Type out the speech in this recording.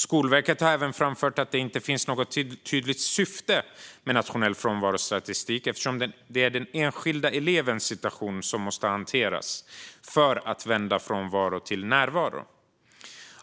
Skolverket har även framfört att det inte finns något tydligt syfte med nationell frånvarostatistik, eftersom det är den enskilda elevens situation som måste hanteras för att vända frånvaro till närvaro.